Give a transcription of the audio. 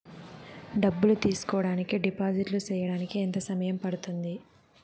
డబ్బులు తీసుకోడానికి డిపాజిట్లు సేయడానికి ఎంత సమయం పడ్తుంది